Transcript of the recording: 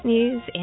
News